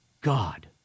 God